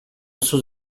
sus